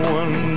one